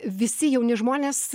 visi jauni žmonės